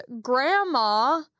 grandma